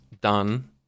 done